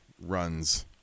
Runs